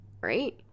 right